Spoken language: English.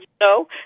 No